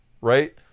right